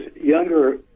younger